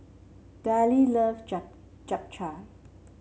Dillie love Japchae